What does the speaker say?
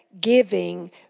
giving